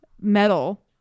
metal